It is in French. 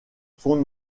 son